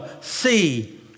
see